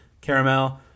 caramel